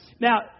Now